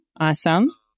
Awesome